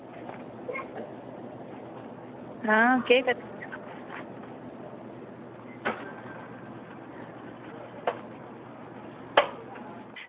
आं केह् कराने